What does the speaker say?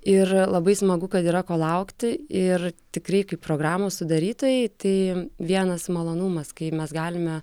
ir labai smagu kad yra ko laukti ir tikrai kaip programų sudarytojai tai vienas malonumas kai mes galime